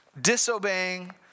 disobeying